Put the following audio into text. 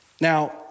Now